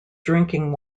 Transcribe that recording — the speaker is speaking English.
drinking